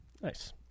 nice